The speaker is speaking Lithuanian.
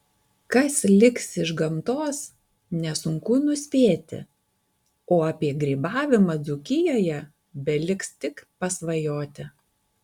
kas liks iš gamtos nesunku nuspėti o apie grybavimą dzūkijoje beliks tik pasvajoti